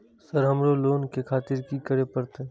Sir हमरो loan ले खातिर की करें परतें?